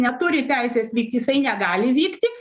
neturi teisės vykt jisai negali vykti